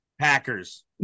Packers